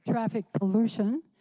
traffic pollution.